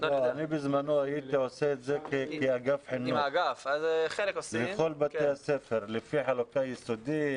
בזמנו הייתי עושה את זה כאגף חינוך לכל בתי הספר לפי חלוקה ליסודי,